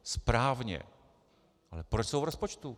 Správně, ale proč jsou v rozpočtu?